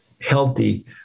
healthy